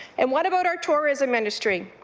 and what about our tourism industry?